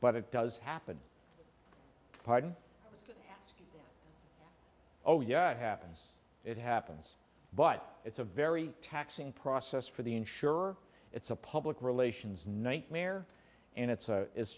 but it does happen pardon oh yeah it happens it happens but it's a very taxing process for the insurer it's a public relations nightmare and it's